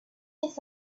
just